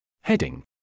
heading